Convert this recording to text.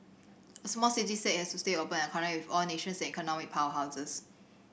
a small city state has to stay open and connect with all nations and economic powerhouses